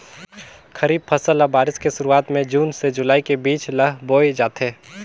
खरीफ फसल ल बारिश के शुरुआत में जून से जुलाई के बीच ल बोए जाथे